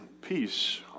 peace